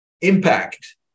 impact